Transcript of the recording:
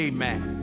Amen